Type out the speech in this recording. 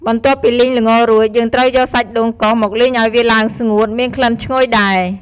បន្ទាប់ពីលីងល្ងរួច យើងត្រូវយកសាច់ដូងកោសមកលីងឱ្យវាឡើងស្ងួតមានក្លិនឈ្ងុយដែរ។